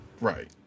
Right